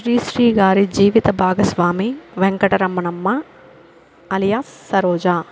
శ్రీశ్రీ గారి జీవిత భాగస్వామి వెంకటరమనమ్మ అలియాస్ సరోజా